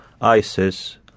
ISIS